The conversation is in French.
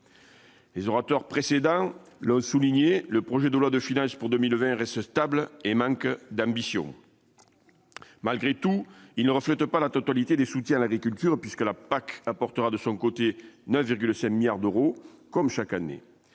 Les orateurs précédents le souligner, le projet de loi de filage pour 2020 reste stable et manque d'ambition, malgré tout, il ne reflète pas la totalité des soutiens à l'agriculture puisque la PAC apportera de son côté 9,7 milliards d'euros, comme chaque année,